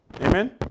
Amen